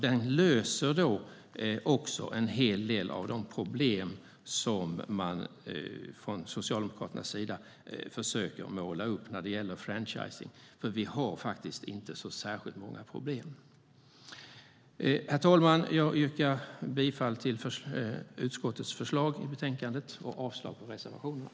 Den löser då också en hel del av de problem som man från Socialdemokraternas sida försöker måla upp när det gäller franchising, för vi har faktiskt inte så särskilt många problem. Herr talman! Jag yrkar bifall till utskottets förslag i betänkandet och avslag på reservationerna.